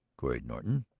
queried norton,